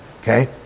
okay